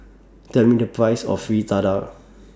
Tell Me The Price of Fritada